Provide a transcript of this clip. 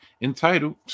entitled